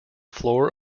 floor